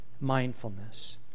mindfulness